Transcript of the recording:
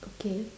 okay